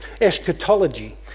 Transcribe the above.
eschatology